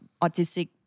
autistic